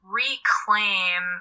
reclaim